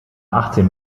achtzehn